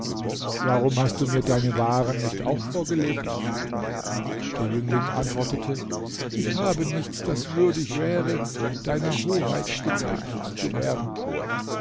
warum hast du mir deine waren nicht auch vorgelegt der jüngling antwortete ich habe nichts das würdig wäre deiner hoheit gezeigt zu werden